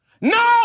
No